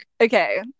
Okay